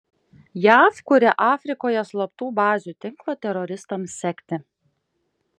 jav kuria afrikoje slaptų bazių tinklą teroristams sekti